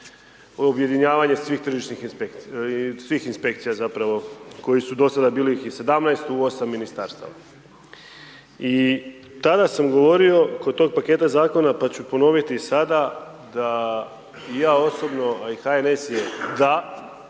inspekcija, svih inspekcija zapravo koje su do sada, bilo ih je 17 u osam Ministarstava. I tada sam govorio, kod tog paketa Zakona pa ću ponoviti i sada, da i ja osobno, a i HNS je da